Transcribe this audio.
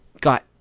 got